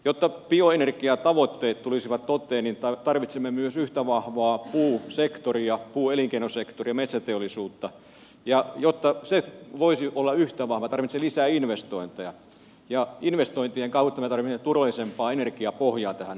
jotta bioenergiatavoitteet tulisivat toteen tarvitsemme myös yhtä vahvaa puusektoria puuelinkeinosektoria metsäteollisuutta ja jotta se voisi olla yhtä vahva tarvitsemme lisää investointeja ja investointien kautta me tarvitsemme turvallisempaa energiapohjaa tähän asiaan